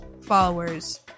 followers